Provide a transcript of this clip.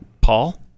Paul